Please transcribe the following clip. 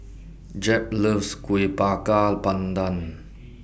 Jep loves Kueh Bakar Pandan